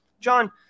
John